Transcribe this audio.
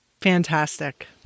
fantastic